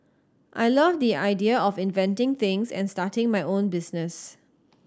I love the idea of inventing things and starting my own business